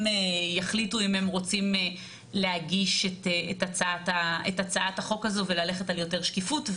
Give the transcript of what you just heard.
הם יחליטו אם הם רוצים להגיש את הצעת החוק הזו וללכת על יותר שקיפות,